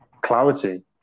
clarity